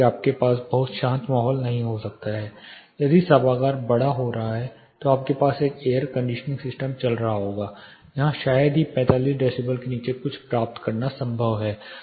आपके पास बहुत शांत माहौल नहीं हो सकता है यदि सभागार बड़ा हो रहा है तो आपके पास एक एयर कंडीशनिंग सिस्टम चल रहा होगा यहां शायद ही 45 डेसिबल से नीचे कुछ प्राप्त करना संभव है